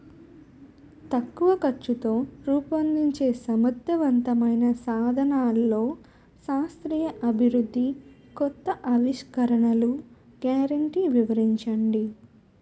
తక్కువ ఖర్చుతో రూపొందించే సమర్థవంతమైన సాధనాల్లో శాస్త్రీయ అభివృద్ధి కొత్త ఆవిష్కరణలు గ్యారంటీ వివరించండి?